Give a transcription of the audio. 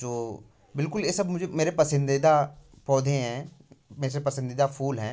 जो बिल्कुल ये सब मुझे मेरे पसंदीदा पौधे हैं में से पसंदीदा फूल हैं